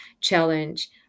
challenge